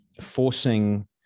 forcing